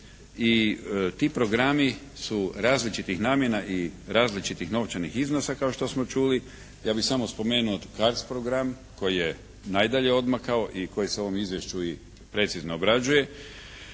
i ti programi su različitih namjena i različitih novčanih iznosa kao što smo čuli. Ja bih samo spomenuo CARDS program koji je najdalje odmakao i koji se u ovom izvješću i precizno obrađuje,